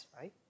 right